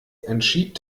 entschied